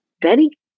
Betty